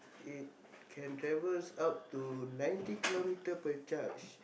it can travels up to ninety kilometre per charge